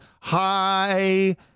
Hi